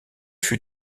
fut